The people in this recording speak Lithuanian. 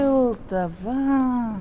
šilta va